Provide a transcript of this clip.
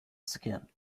skin